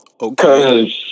Okay